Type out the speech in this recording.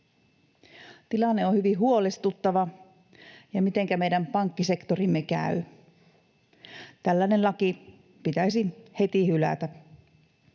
Tilanne on hyvin huolestuttava siinä, mitenkä meidän pankkisektorimme käy. Tällainen laki pitäisi heti hylätä.